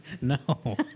No